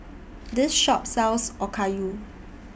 This Shop sells Okayu